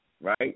right